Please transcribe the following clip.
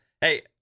hey